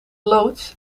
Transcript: loods